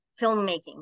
filmmaking